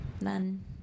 None